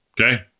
okay